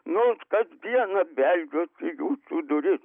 nors kas dieną beldžiuosi į jūsų duris